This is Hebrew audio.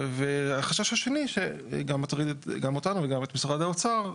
החשש השני שגם מטריד אותנו וגם את משרד האוצר,